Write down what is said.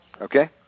okay